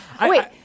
Wait